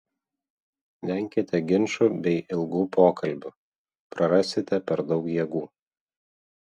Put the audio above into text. venkite ginčų bei ilgų pokalbių prarasite per daug jėgų